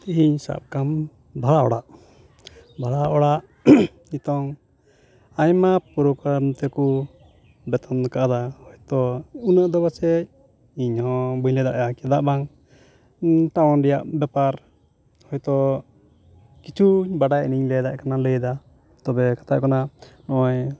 ᱛᱮᱦᱮᱧ ᱥᱟᱵ ᱠᱟᱢ ᱵᱷᱟᱲᱟ ᱚᱲᱟᱜ ᱵᱷᱟᱲᱟ ᱚᱲᱟᱜ ᱱᱤᱛᱚᱝ ᱟᱭᱢᱟ ᱯᱚᱜᱨᱟᱢ ᱛᱮᱠᱩ ᱵᱟᱹᱛᱷᱩᱱ ᱟᱠᱟᱫᱟ ᱦᱚᱭᱛᱚ ᱩᱱᱟᱹᱜ ᱫᱚ ᱵᱟᱥᱮᱫ ᱤᱧ ᱦᱚᱸ ᱵᱟᱹᱧ ᱞᱟᱹᱭ ᱫᱟᱲᱮᱜᱼᱟ ᱪᱮᱫ ᱵᱟᱝ ᱴᱟᱣᱩᱱ ᱨᱮᱭᱟ ᱵᱮᱯᱟᱨ ᱦᱚᱭᱛᱳ ᱠᱤᱪᱷᱩᱧ ᱵᱟᱲᱟᱭ ᱚᱱᱟᱧ ᱞᱟᱹᱭ ᱫᱟᱲᱮᱭᱟᱜ ᱠᱟᱱᱟ ᱞᱟᱹᱭ ᱫᱟ ᱛᱚᱵᱮ ᱠᱟᱛᱷᱟ ᱦᱩᱭᱩᱜ ᱠᱟᱱᱟ ᱱᱚᱜᱚᱭ